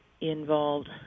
involved